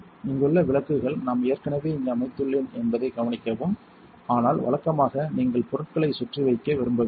இங்குள்ள விளக்குகள் நான் ஏற்கனவே இங்கு அமைத்துள்ளேன் என்பதை கவனிக்கவும் ஆனால் வழக்கமாக நீங்கள் பொருட்களை சுற்றி வைக்க விரும்பவில்லை